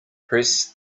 press